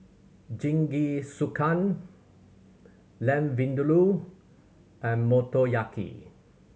Jingisukan Lamb Vindaloo and Motoyaki